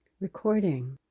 recording